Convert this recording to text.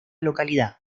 localidad